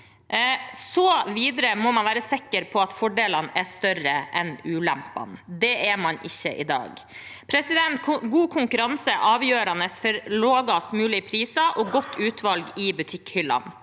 Videre må man være sikker på at fordelene er større enn ulempene. Det er man ikke i dag. God konkurranse er avgjørende for lavest mulig priser og godt utvalg i butikkhyllene.